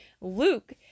Luke